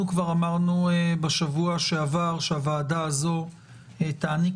כבר אמרנו בשבוע שעבר שהוועדה הזאת תעניק